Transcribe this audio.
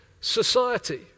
society